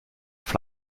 auf